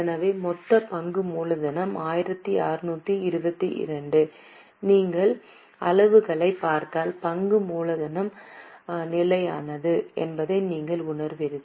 எனவே மொத்த பங்கு மூலதனம் 1622 நீங்கள் அளவுகளைப் பார்த்தால் பங்கு பங்கு மூலதனம் நிலையானது என்பதை நீங்கள் உணருவீர்கள்